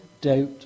doubt